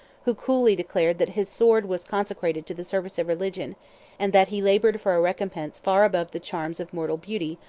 who coolly declared that his sword was consecrated to the service of religion and that he labored for a recompense far above the charms of mortal beauty,